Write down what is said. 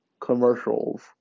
commercials